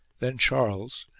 then charles,